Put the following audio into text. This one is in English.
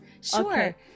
Sure